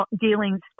dealing